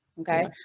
Okay